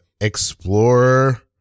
explorer